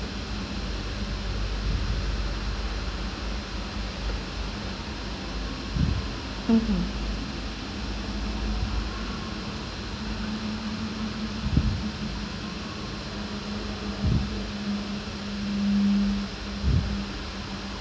mmhmm